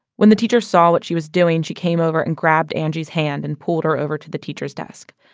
when the teacher saw what she was doing, she came over and grabbed angie's hand and pulled her over to the teacher's desk.